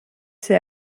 ser